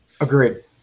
Agreed